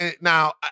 Now